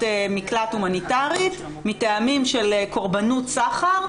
מקלט הומניטרית מטעמים של קורבנות סחר,